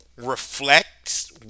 reflects